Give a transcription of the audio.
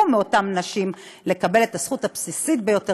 מאותן נשים לקבל את הזכות הבסיסית ביותר,